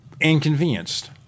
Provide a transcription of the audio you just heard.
inconvenienced